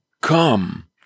Come